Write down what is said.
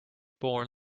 born